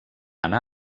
anar